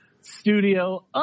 Studio